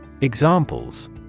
Examples